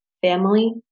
family